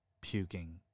puking